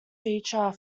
feature